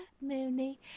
Mooney